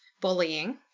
bullying